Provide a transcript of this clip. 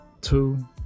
Two